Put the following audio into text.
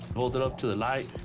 hold it up to the light.